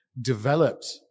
developed